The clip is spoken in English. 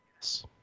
Yes